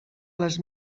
les